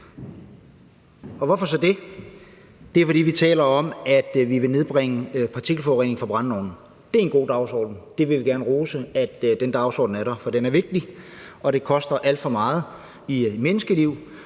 Og hvorfor så det? Det, vi taler om, er, at vi vil nedbringe partikelforureningen fra brændeovne. Det er en god dagsorden, og vi vil gerne rose for, at den dagsorden er blevet stillet, for den er vigtig, og det koster alt for meget i tabt